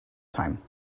time